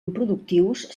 improductius